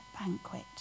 banquet